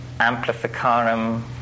Amplificarum